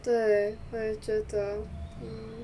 对我也觉得